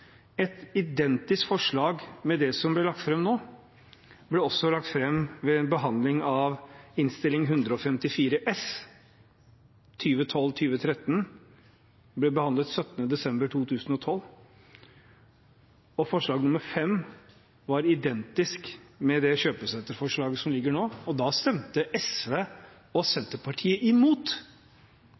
et identisk forslag med det som er lagt fram nå, ble også lagt fram ved behandlingen av Innst. 154 S for 2012–2013, som ble behandlet 17. desember 2012. Forslag nr. 5 var identisk med det kjøpesenterforslaget som foreligger nå, og da stemte SV og Senterpartiet imot.